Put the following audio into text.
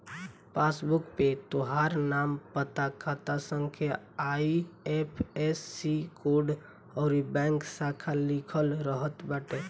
passbook पे तोहार नाम, पता, खाता संख्या, आई.एफ.एस.सी कोड अउरी बैंक शाखा लिखल रहत बाटे